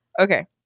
Okay